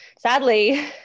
sadly